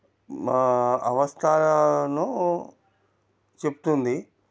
మా అవస్తారాలను చెప్తుంది